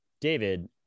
David